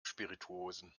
spirituosen